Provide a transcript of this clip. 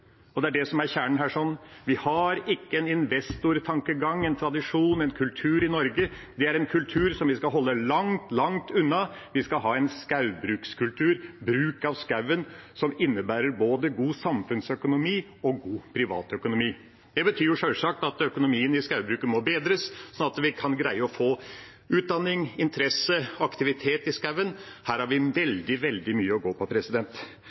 Det er det som er kjernen her: Vi har ikke en investortankegang, en slik tradisjon og kultur i Norge. Det er en tradisjon som vi skal holde langt, langt unna. Vi skal ha en skogbrukskultur, en bruk av skogen som innebærer både god samfunnsøkonomi og god privatøkonomi. Det betyr sjølsagt at økonomien i skogbruket må bedres, og at vi kan greie å få utdanning, interesse, aktivitet i skogen. Her har vi veldig, veldig mye å gå på.